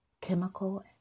chemical